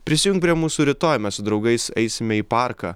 prisijunk prie mūsų rytoj mes su draugais eisime į parką